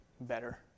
better